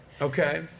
Okay